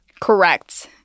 Correct